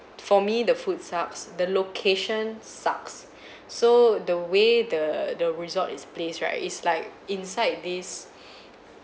for me the food sucks the location sucks so the way the the resort is placed right it's like inside this